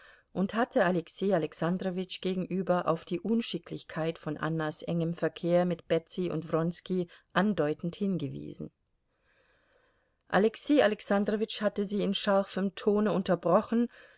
und hatte alexei alexandrowitsch gegenüber auf die unschicklichkeit von annas engem verkehr mit betsy und wronski andeutend hingewiesen alexei alexandrowitsch hatte sie in scharfem tone unterbrochen